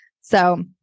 So-